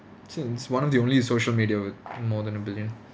since one of the only social media with more than a billion